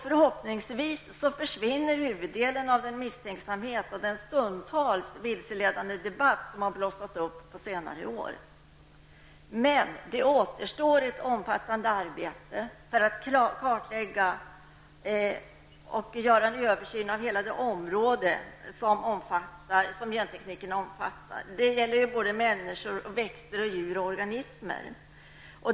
Förhoppningsvis försvinner huvuddelen av den misstänksamhet och den stundtals vilseledande debatt som blossat upp på senare år. Det återstår ett omfattande arbete för att kartlägga och göra en översyn av hela det område som gentekniken omfattar. Det gäller människor, växter och djur samt organismer.